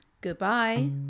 goodbye